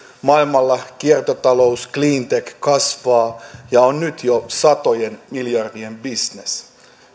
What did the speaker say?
maailmalla kiertotalous cleantech kasvavat ja ovat nyt jo satojen miljardien bisnes